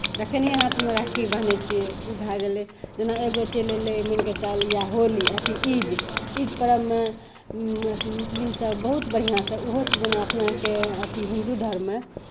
जखनिएँ हाथमे राखी बान्है छियै ओ भए गेलै जेना एगो चलि एलै मिलि कऽ चल या होली अथी ईद ईद पर्वमे अथी मुस्लिमसभ बहुत बढ़िआँसँ ओहोसभ जेना अपना अरके अथी हिन्दू धर्ममे